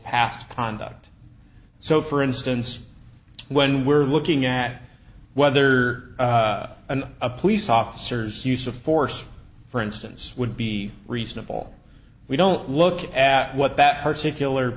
past conduct so for instance when we're looking at whether an a police officer's use of force for instance would be reasonable we don't look at what that particular